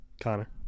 connor